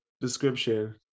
description